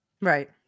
right